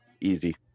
easy